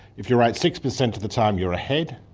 if you're right sixty percent of the time you're ahead,